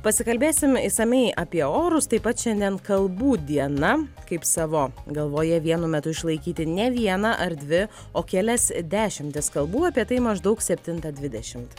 pasikalbėsim išsamiai apie orus taip pat šiandien kalbų diena kaip savo galvoje vienu metu išlaikyti ne vieną ar dvi o kelias dešimtis kalbų apie tai maždaug septintą dvidešimt